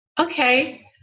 Okay